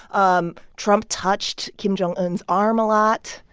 um trump touched kim jong un's arm a lot,